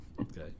Okay